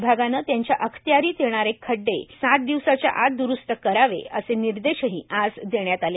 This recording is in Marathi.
विभागानं त्यांच्या अखत्यारीत येणारे खड्डे ही सात दिवसाच्या आज दुरूस्त करावे असे निर्देशही आज देण्यात आले